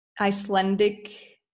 Icelandic